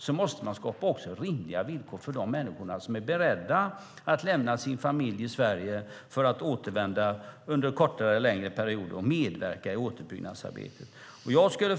Då måste man också skapa rimliga villkor för de människor som är beredda att lämna sin familj i Sverige för att återvända under en kortare eller en längre period för att medverka i återuppbyggnadsarbetet.